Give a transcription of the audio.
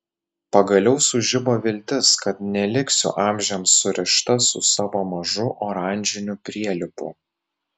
pagaliau sužibo viltis kad neliksiu amžiams surišta su savo mažu oranžiniu prielipu